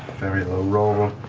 very low roll.